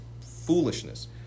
foolishness